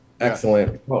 Excellent